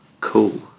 Cool